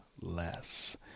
less